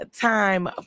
time